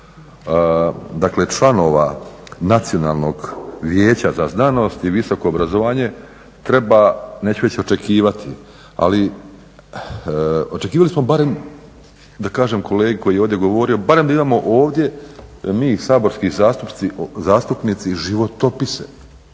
dakle članova Nacionalnog vijeća za znanost i visoko obrazovanje treba, neću reći očekivati, ali očekivali smo barem da kažem kolegi koji je ovdje govorio, barem da imamo ovdje mi saborski zastupnici životopise